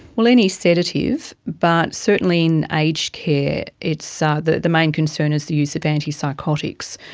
well, any sedative, but certainly in aged care it's, ah the the main concern is the use of antipsychotics,